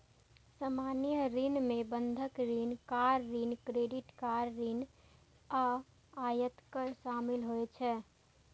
सामान्य ऋण मे बंधक ऋण, कार ऋण, क्रेडिट कार्ड ऋण आ आयकर शामिल होइ छै